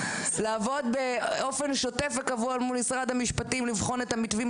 לעבוד באופן שוטף וקבוע מול משרד המשפטים לבחון את המתווים,